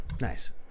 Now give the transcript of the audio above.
Nice